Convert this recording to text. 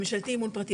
ממשלתי מול פרטי,